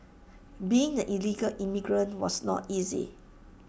being the illegal immigrant was not easy